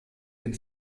den